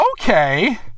Okay